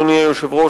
אדוני היושב-ראש,